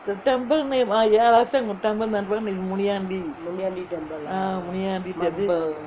the temple name ah ya last time got tamil temple is Muniyandi ah Muniyandi temple